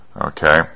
okay